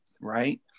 right